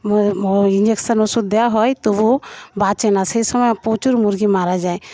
injection ওষুধ দেওয়া হয় তবু বাঁচে না সে সময় প্রচুর মুরগি মারা যায়